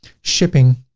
shipping,